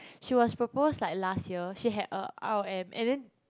she was proposed like last year she had a r_o_m and then